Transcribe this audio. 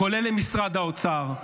כולל משרד האוצר,